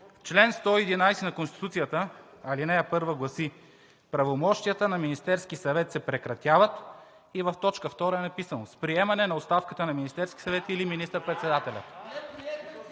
чл. 111 на Конституцията, ал. 1 гласи: „Правомощията на Министерския съвет се прекратяват“, и в т. 2 е написано: „с приемане на оставката на Министерския съвет или на министър-председателя“.